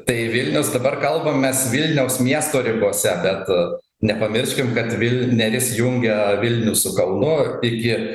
tai vilnius dabar kalbam mes vilniaus miesto ribose bet nepamirškime kad vil neris jungia vilnių su kaunu iki